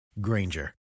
Granger